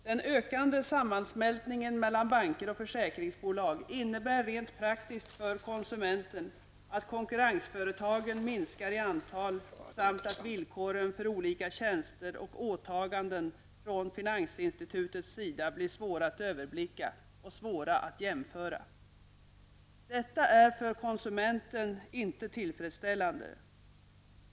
Den ökande sammansmältningen mellan banker och försäkringsbolag innebär rent praktiskt för konsumenten att konkurrensföretagen minskar i antal samt att villkoren för olika tjänster och åtaganden från finansinstitutets sida blir svåra att överblicka och svåra att jämföra. Detta är för konsumenten inte tillfredsställande.